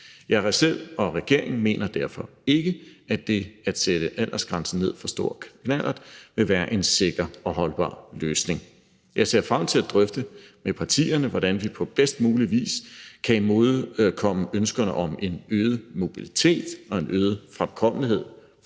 Jeg selv og regeringen mener derfor ikke, at det at sætte aldersgrænsen ned for kørekort til stor knallert vil være en sikker og holdbar løsning. Jeg ser frem til at drøfte med partierne, hvordan vi på bedst mulig vis kan imødekomme ønskerne om en øget mobilitet og en øget fremkommelighed